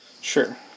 sure